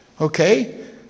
Okay